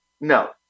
No